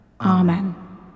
Amen